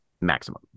maximum